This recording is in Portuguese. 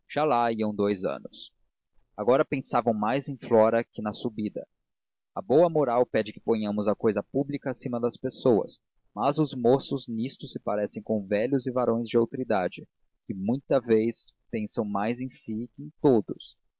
dous anos agora pensavam mais em flora que na subida a boa moral pede que ponhamos a cousa pública acima das pessoais mas os moços nisto se parecem com velhos e varões de outra idade que muita vez pensam mais em si que em todos